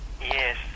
Yes